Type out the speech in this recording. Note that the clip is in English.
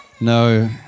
No